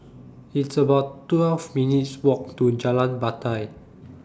It's about twelve minutes' Walk to Jalan Batai